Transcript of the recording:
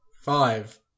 Five